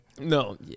No